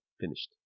finished